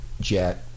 jet